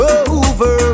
over